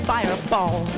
Fireball